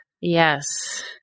Yes